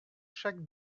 chaque